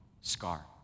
scar